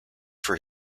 for